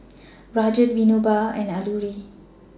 Rajat Vinoba and Alluri